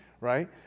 right